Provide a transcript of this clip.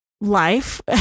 life